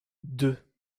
deux